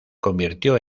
convirtió